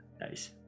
Nice